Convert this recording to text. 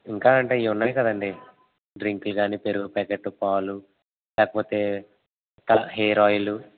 ఇంకా అంటే ఇవి ఉన్నాయి కదండీ డ్రింకులు కానీ పెరుగు ప్యాకెట్టు పాలు లేకపోతే క హెయిర్ ఆయిలు